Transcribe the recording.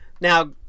now